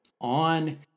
on